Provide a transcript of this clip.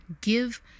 Give